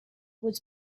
was